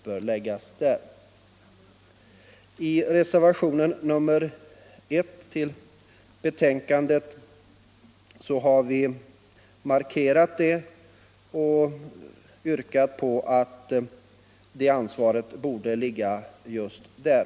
I reservationen 1 till betänkandet nr 4 har vi markerat det och yrkat att ansvaret borde ligga just där.